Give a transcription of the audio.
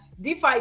DeFi